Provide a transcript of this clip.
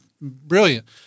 brilliant